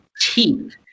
teeth